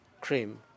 cream